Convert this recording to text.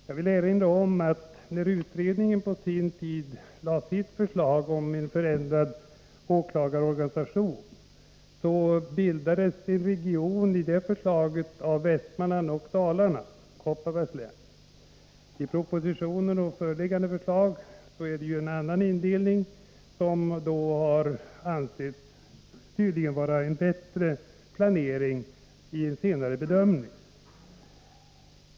Jag vill erinra om att när utredningen på sin tid lade fram sitt förslag om en förändrad åklagarorganisation, bildades enligt förslaget en region av Västmanland och Dalarna i Kopparbergs län. I propositionen föreslås en annan indelning, som i en senare bedömning tydligen ansetts innebära en bättre planering.